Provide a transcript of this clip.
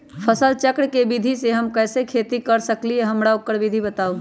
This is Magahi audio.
फसल चक्र के विधि से हम कैसे खेती कर सकलि ह हमरा ओकर विधि बताउ?